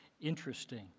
interesting